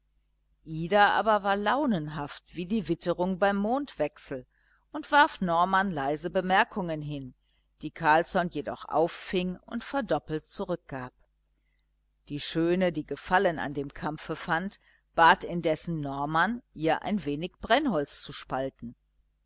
ida aber war launenhaft wie die witterung beim mondwechsel und warf norman leise bemerkungen hin die carlsson jedoch auffing und verdoppelt zurückgab die schöne die gefallen an dem kampfe fand bat indessen norman ihr ein wenig brennholz zu spalten